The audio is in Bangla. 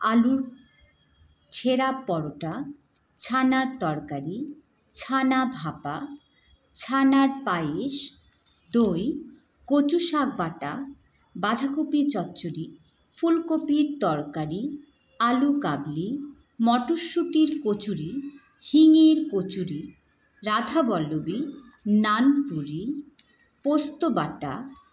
আলুর ছেঁড়া পরোটা ছানার তরকারি ছানা ভাপা ছানার পায়েস দই কচু শাক বাটা বাঁধাকপি চচ্চড়ি ফুলকপির তরকারি আলু কাবলি মটরশুঁটির কচুরি হিঙের কচুরি রাধাবল্লভী নানপুরি পোস্ত বাঁটা